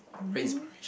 mmhmm